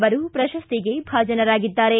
ಅವರು ಪ್ರಶಸ್ತಿಗೆ ಭಾಜನರಾಗಿದ್ದಾರೆ